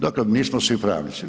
Dakle, nismo svi pravnici.